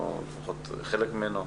או חלק ממנו.